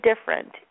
different